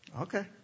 Okay